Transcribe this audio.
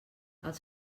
els